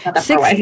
six